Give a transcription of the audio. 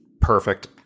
Perfect